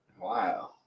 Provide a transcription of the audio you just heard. Wow